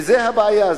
וזה הבעיה,